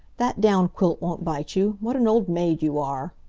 that down quilt won't bite you what an old maid you are!